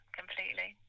completely